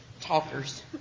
talkers